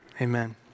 amen